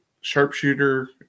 sharpshooter